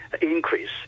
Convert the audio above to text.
increase